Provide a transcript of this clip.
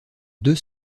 deux